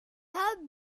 have